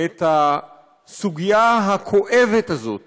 את הסוגיה הכואבת הזאת